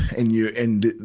and you're, and,